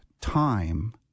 time